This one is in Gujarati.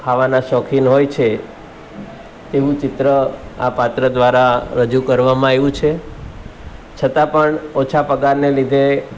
ખાવાના શોખીન હોય છે તેવું ચિત્ર આ પાત્ર દ્વારા રજૂ કરવામાં આવ્યું છે છતાં પણ ઓછા પગારને લીધે